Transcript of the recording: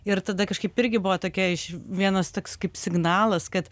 ir tada kažkaip irgi buvo tokia iš vienas toks kaip signalas kad